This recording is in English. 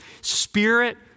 Spirit